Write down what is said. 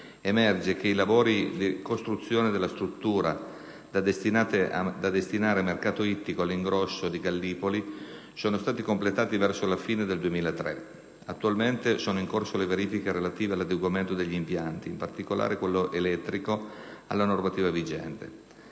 emerge che i lavori di costruzione della struttura da destinare a mercato ittico all'ingrosso di Gallipoli sono stati completati verso la fine del 2003. Attualmente sono in corso le verifiche relative all'adeguamento degli impianti, in particolare quello elettrico, alla normativa vigente.